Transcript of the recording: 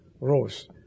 rose